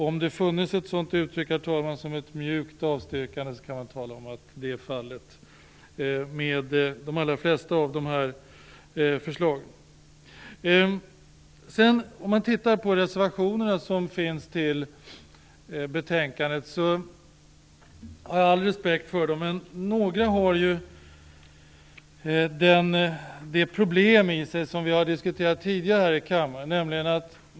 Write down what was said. Om det funnits ett sådant uttryck som ett mjukt avstyrkande, herr talman, kan man tala om att det är fallet med de allra flesta av dessa förslag. Om man tittar på reservationerna som finns till betänkandet - och jag har all respekt för dem - kan man finna att några av dem har det problem i sig som vi har diskuterat tidigare i kammaren.